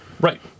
right